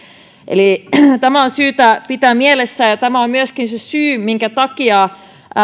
tämä on syytä pitää mielessä tämä on myöskin se syy minkä takia